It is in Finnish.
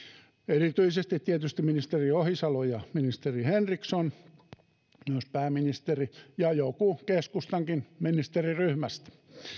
erityisesti tietysti ministeri ohisalo ja ministeri henriksson myös pääministeri ja joku keskustankin ministeriryhmästä